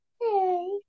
Hey